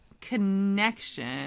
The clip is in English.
connection